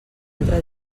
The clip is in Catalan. altra